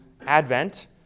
Advent